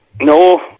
No